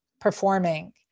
performing